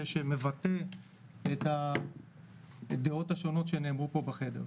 שמבטא את הדעות השונות שנאמרו פה בחדר.